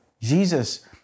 Jesus